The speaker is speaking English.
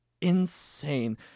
insane